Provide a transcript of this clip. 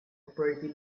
operated